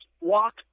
walk